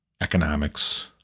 economics